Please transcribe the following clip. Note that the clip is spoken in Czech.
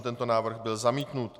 Tento návrh byl zamítnut.